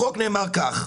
בחוק נאמר כך: